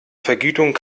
vergütung